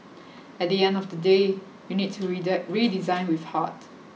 at the end of the day you need to redesign with heart